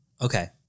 Okay